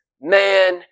man